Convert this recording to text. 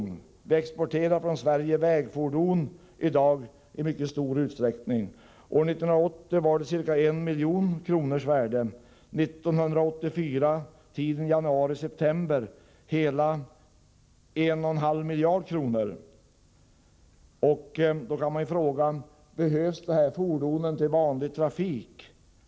Från Sverige exporteras i dag vägfordon i mycket stor utsträckning. År 1980 var värdet av denna export ca 1 milj.kr. och under tiden januari — september 1984 hela 1,5 miljarder kronor. Man kan fråga: Behövs de svenska fordonen för vanlig trafik?